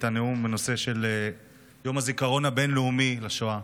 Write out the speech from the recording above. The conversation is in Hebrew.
הנאום בנושא של יום הזיכרון הבין-לאומי לשואה.